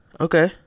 Okay